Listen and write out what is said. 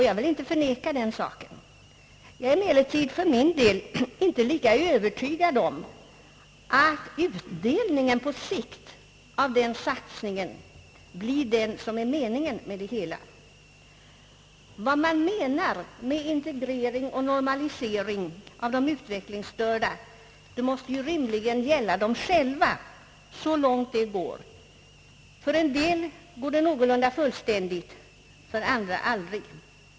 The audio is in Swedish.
Jag vill inte förneka den saken, Jag är emellertid för min del inte lika övertygad om att utdelningen på sikt av den satsningen blir den som är meningen med det hela. Vad man menar med integrering och normalisering av de utvecklingsstörda måste ju rimligen gälla dem själva så långt det går. För en del går det nästan fullständigt, för andra aldrig.